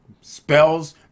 spells